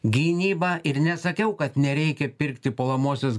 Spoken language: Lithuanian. gynyba ir nesakiau kad nereikia pirkti puolamosios